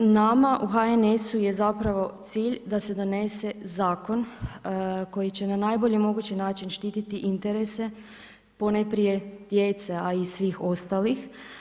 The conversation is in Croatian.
Nama u HNS-u je zapravo cilj da se donese zakon koji će na najbolji mogući način štititi interese ponajprije djece a i svih ostalih.